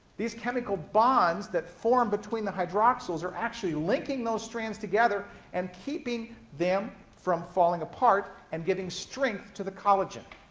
these chemical bonds that form between the hydroxyls are actually linking those strands together and keeping them from falling apart, and giving strength to the collagen.